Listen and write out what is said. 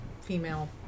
female